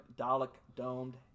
Dalek-domed